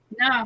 No